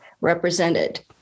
represented